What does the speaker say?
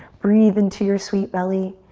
breathe into your sweet belly.